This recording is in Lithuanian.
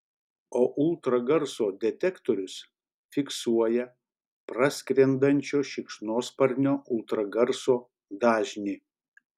o ultragarso detektorius fiksuoja praskrendančio šikšnosparnio ultragarso dažnį